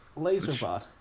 Laserbot